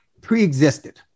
preexisted